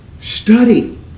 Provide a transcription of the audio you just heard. study